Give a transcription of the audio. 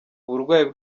uburwayi